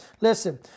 listen